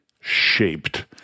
shaped